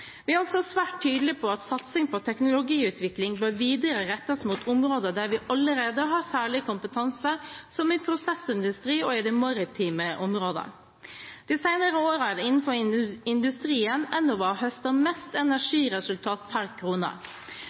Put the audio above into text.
Vi er også svært tydelige på at videre satsing på teknologiutvikling bør rettes mot områder der vi allerede har særlig kompetanse, som i prosessindustri og det maritime området. De senere årene er det innenfor industrien Enova har høstet mest energiresultater per krone.